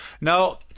No